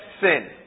sin